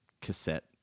cassette